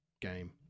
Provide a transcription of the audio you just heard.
game